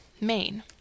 Maine